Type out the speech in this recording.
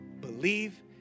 Believe